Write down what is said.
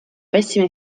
pessima